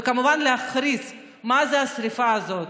וכמובן להכריז מה זאת השרפה הזאת,